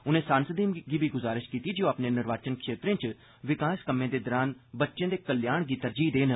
उनें सांसदें गी बी गुजारिश कीती जे ओह् अपने निर्वाचन क्षेत्रे च विकास कम्में दे दरान बच्चें दे कल्याण गी तरजीह देन